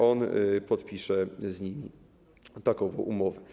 On podpisze z nimi takową umowę.